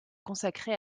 consacré